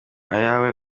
ayawe